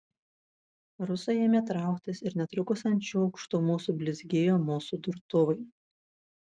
rusai ėmė trauktis ir netrukus ant šių aukštumų sublizgėjo mūsų durtuvai